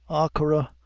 achora,